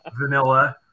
vanilla